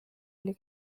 oli